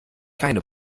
keine